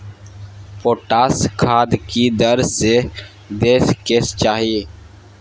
Potash खाद की दर से दै के चाही?